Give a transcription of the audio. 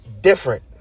Different